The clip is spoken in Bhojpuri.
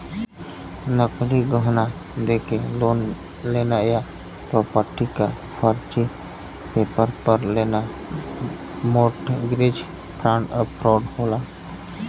नकली गहना देके लोन लेना या प्रॉपर्टी क फर्जी पेपर पर लेना मोर्टगेज फ्रॉड होला